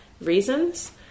reasons